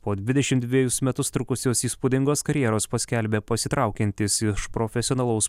po dvidešimt dvejus metus trukusios įspūdingos karjeros paskelbė pasitraukiantys iš profesionalaus